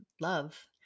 love